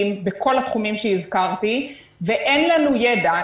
בכל התחומים שהזכרתי ואין לנו ידע.